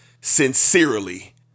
Sincerely